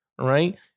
right